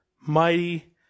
mighty